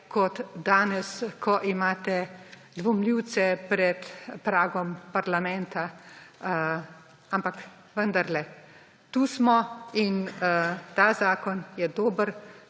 kot danes, ko imate dvomljivce pred pragom parlamenta. Ampak vendarle, tu smo in ta zakon je dober,